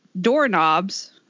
doorknobs